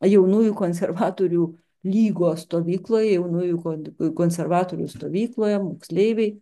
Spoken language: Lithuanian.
jaunųjų konservatorių lygos stovykloje jaunųjų kon konservatorių stovykloje moksleiviai